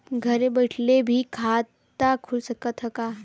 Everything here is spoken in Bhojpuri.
घरे बइठले भी खाता खुल सकत ह का?